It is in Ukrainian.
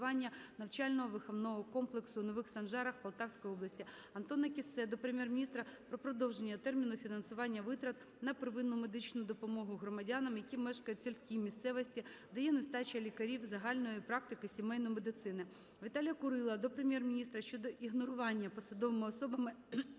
Віталія Курила до Прем'єр-міністра щодо ігнорування посадовими особами